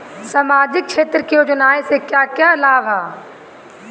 सामाजिक क्षेत्र की योजनाएं से क्या क्या लाभ है?